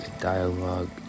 dialogue